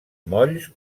molls